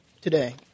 today